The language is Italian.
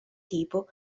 tipo